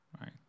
right